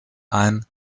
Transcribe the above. ein